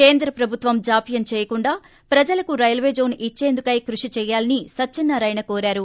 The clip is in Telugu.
కేంద్ర ప్రభత్వం జాప్యం చేయకుండా ప్రజలకు రైల్వే జోన్ ఇచ్చేందుకై కృషి చెయ్యాలని సత్యనారాయణ అన్సారు